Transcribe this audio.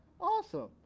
Awesome